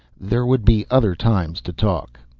there would be other times to talk.